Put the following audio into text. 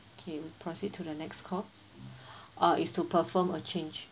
okay proceed to the next part uh is to perform a change